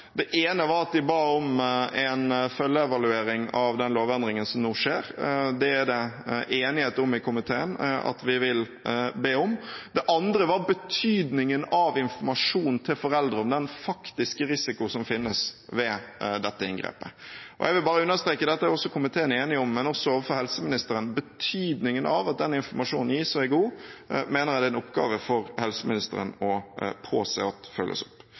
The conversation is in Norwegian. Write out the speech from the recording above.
Det ene var at de ba om en følgeevaluering av den lovendringen som nå skjer. Det er enighet i komiteen om at vi vil be om dette. Det andre var betydningen av informasjon til foreldre om den faktiske risikoen som finnes ved dette inngrepet. Jeg vil bare understreke overfor helseministeren – dette er komiteen enig om – betydningen av at den informasjonen gis og er god. Jeg mener det er en oppgave for helseministeren å påse at det følges opp.